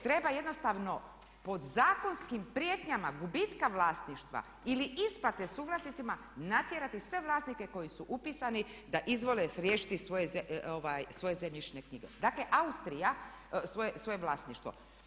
Treba jednostavno pod zakonskim prijetnjama gubitka vlasništva ili isplate suvlasnicima natjerati sve vlasnike koji su upisani da izvole riješiti svoje zemljišne knjige, svoje vlasništvo.